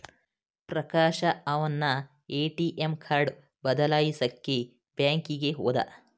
ಪ್ರಕಾಶ ಅವನ್ನ ATM card ಬದಲಾಯಿಸಕ್ಕೇ ಬ್ಯಾಂಕಿಗೆ ಹೋದ